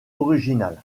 original